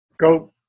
go